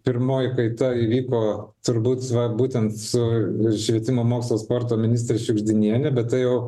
pirmoji kaita įvyko turbūt va būtent su švietimo mokslo sporto ministre šiugždinienė bet tai jau